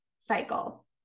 cycle